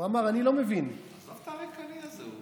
הוא אמר: אני לא מבין, עזוב את הריקני הזה.